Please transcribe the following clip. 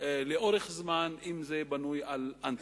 לאורך זמן אם הוא בנוי על אנטי.